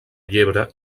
llebre